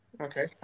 okay